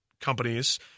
companies